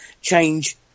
change